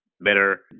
better